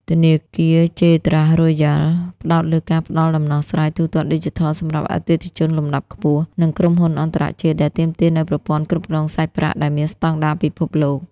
ធនាគារ ជេ ត្រាស់ រ៉ូយ៉ាល់ (J Trust Royal ) ផ្ដោតលើការផ្ដល់ដំណោះស្រាយទូទាត់ឌីជីថលសម្រាប់អតិថិជនលំដាប់ខ្ពស់ និងក្រុមហ៊ុនអន្តរជាតិ ដែលទាមទារនូវប្រព័ន្ធគ្រប់គ្រងសាច់ប្រាក់ដែលមានស្ដង់ដារពិភពលោក។